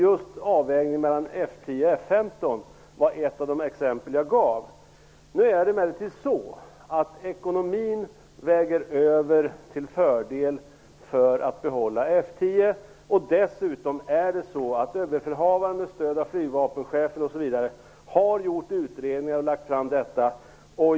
Just avvägningen mellan F 10 och F 15 var ett av de exempel jag gav. Nu är det emellertid så att ekonomin väger över till fördel för att behålla F 10. Dessutom har Överbefälhavaren med stöd av bl.a. flygvapenchefen gjort utredningar och lagt fram dessa.